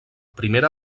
primera